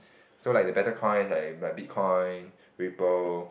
so like the better coins like Bitcoin Ripple